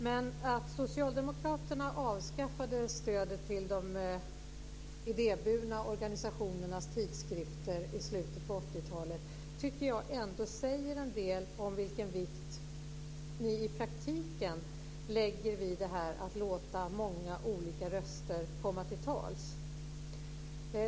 Men att socialdemokraterna avskaffade stödet till de idéburna organisationernas tidskrifter i slutet av 80-talet tycker jag ändå säger en del om vilken vikt ni i praktiken lägger vid detta att låta många olika röster komma till tals.